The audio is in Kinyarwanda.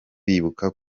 bibuka